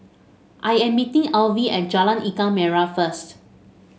I am meeting Alvy at Jalan Ikan Merah first